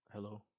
Hello